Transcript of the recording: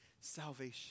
salvation